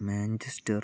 Manchester